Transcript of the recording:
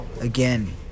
again